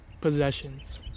possessions